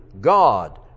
God